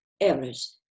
errors